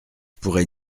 pourrais